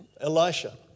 Elisha